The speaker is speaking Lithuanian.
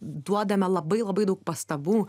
duodame labai labai daug pastabų